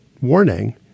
warning